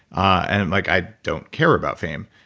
and like i don't care about fame.